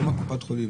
לא מקופת חולים,